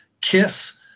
kiss